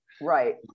right